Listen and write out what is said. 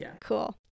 Cool